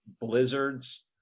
blizzards